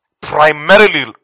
primarily